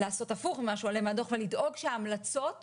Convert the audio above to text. לעשות הפוך ממה שעולה מהדוח ולדאוג שההמלצות ייושמו.